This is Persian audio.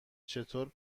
چطور